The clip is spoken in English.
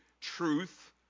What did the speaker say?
truth